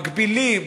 מקבילים,